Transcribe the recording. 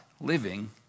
living